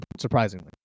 Surprisingly